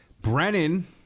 Brennan